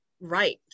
right